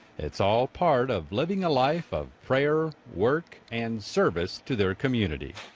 it's all part of living a life of prayer, work and service to their community.